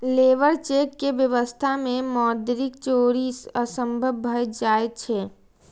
labour cheque के व्यवस्था मे मौद्रिक चोरी असंभव भए जाइ छै